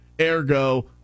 ergo